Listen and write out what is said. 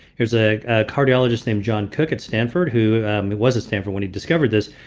there's a cardiologist named john cooke at stanford who. he was at stanford when he discovered this.